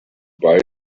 buy